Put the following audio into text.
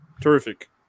terrific